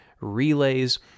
relays